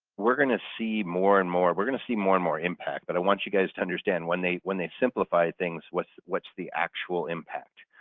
we're going to see more and more, we're going to see more and more impact. but i want you guys to understand, when they when they simplify the things, what's what's the actual impact.